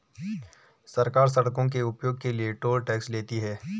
सरकार सड़कों के उपयोग के लिए टोल टैक्स लेती है